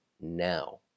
now